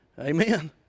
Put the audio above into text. Amen